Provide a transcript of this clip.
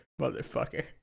motherfucker